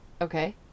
Okay